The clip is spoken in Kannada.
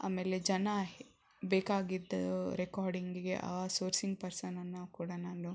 ಆಮೇಲೆ ಜನ ಬೇಕಾಗಿದ್ದ ರೆಕಾರ್ಡಿಂಗಿಗೆ ಆ ಸೋರ್ಸಿಂಗ್ ಪರ್ಸನನ್ನು ಕೂಡ ನಾನು